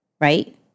right